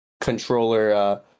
controller